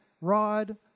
rod